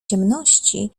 ciemności